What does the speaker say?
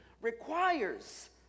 requires